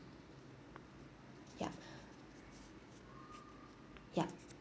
yup yup